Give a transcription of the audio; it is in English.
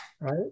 right